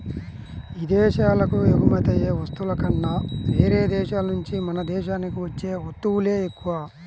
ఇదేశాలకు ఎగుమతయ్యే వస్తువుల కన్నా యేరే దేశాల నుంచే మన దేశానికి వచ్చే వత్తువులే ఎక్కువ